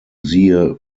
siehe